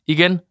Igen